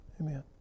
Amen